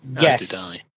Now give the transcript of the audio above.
yes